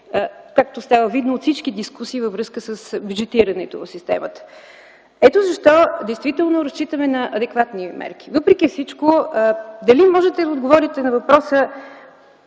както става видно от всички дискусии във връзка с бюджетирането на системата. Ето защо действително разчитаме на адекватни мерки. Въпреки всичко, дали можете да отговорите на въпроса